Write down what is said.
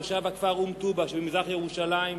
תושב הכפר אום-טובא שבמזרח-ירושלים,